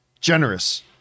generous